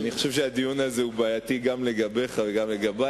אני חושב שהדיון הזה בעייתי גם לגביך וגם לגבי.